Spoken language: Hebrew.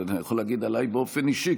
ואני יכול להגיד עליי באופן אישי,